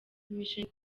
imishinga